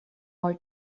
more